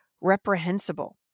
reprehensible